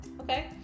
Okay